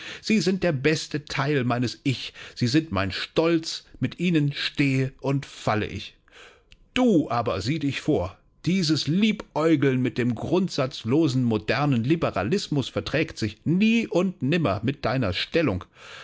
sie sind der beste teil meines ich sie sind mein stolz mit ihnen stehe und falle ich du aber sieh dich vor dieses liebäugeln mit dem grundsatzlosen modernen liberalismus verträgt sich nie und nimmer mit deiner stellung